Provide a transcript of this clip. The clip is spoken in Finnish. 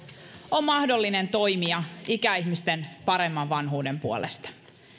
on mahdollinen toimija ikäihmisten paremman vanhuuden puolesta